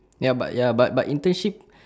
ya but ya but but internship